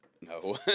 no